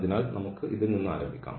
അതിനാൽ നമുക്ക് ഇതിൽ നിന്ന് ആരംഭിക്കാം